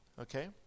Okay